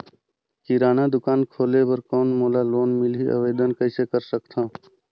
किराना दुकान खोले बर कौन मोला लोन मिलही? आवेदन कइसे कर सकथव?